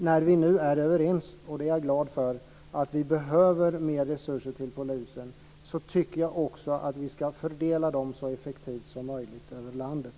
När vi nu är överens om, och det är jag glad för, att vi behöver mer resurser till polisen, då tycker jag också att vi ska fördela dem så effektivt som möjligt över landet.